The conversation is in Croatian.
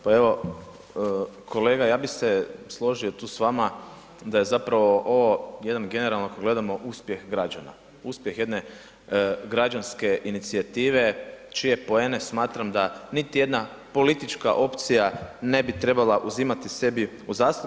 Pa evo kolega ja bi se složio tu s vama da je zapravo ovo jedan ako generalno gledamo uspjeh građana, uspjeh jedne građanske inicijative čije poene smatram da niti jedna politička opcija ne bi trebala uzimati sebi u zaslugu.